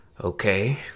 Okay